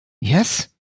yes